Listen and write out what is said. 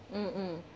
mm mm